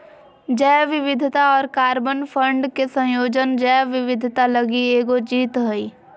जैव विविधता और कार्बन फंड के संयोजन जैव विविधता लगी एगो जीत हइ